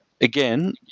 again